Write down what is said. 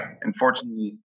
Unfortunately